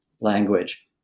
language